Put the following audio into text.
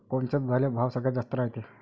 कोनच्या दुधाले भाव सगळ्यात जास्त रायते?